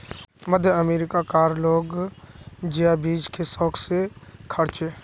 मध्य अमेरिका कार लोग जिया बीज के शौक से खार्चे